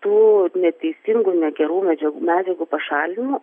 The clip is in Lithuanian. tų neteisingų negerų medžiagų medžiagų pašalinu